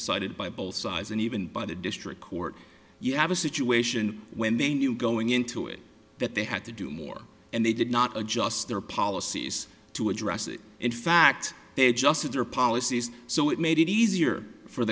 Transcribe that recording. been cited by both sides and even by the district court you have a situation when they knew going into it that they had to do more and they did not adjust their policies to address it in fact they adjusted their policies so it made it easier for